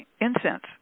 Incense